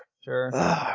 sure